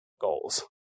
goals